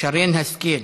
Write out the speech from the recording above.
שרן השכל,